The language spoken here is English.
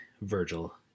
Virgil